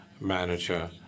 manager